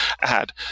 add